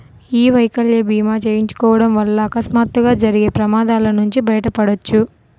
యీ వైకల్య భీమా చేయించుకోడం వల్ల అకస్మాత్తుగా జరిగే ప్రమాదాల నుంచి బయటపడొచ్చు